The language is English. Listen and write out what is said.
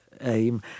aim